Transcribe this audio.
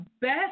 best